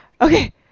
Okay